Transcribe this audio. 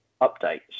updates